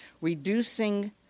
reducing